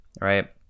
Right